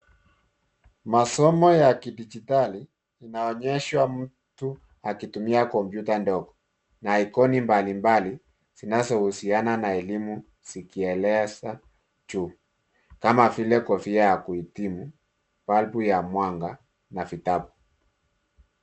Masomo ya kidijitali inaonesha mtu akitumia kompyuta ndogo na ikoni mbalimbali zinazohusiana na elimu zikielea juu kama vile kofia ya kuhitimu, balbu ya mwanga na vitabu.